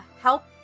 help